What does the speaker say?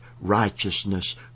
Righteousness